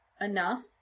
enough